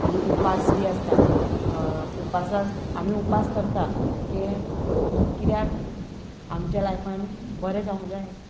आनी उपास बी आसता उपासाक आमी उपास करता की कित्याक आमच्या लायफान बरें जावंक जाय